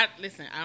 listen